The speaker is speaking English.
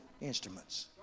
instruments